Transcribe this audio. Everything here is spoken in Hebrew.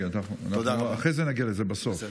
רגע, אחרי זה נגיע לזה, בסוף.